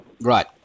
right